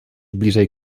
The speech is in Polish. bliżej